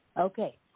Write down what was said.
Okay